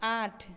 आठ